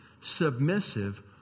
submissive